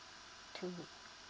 two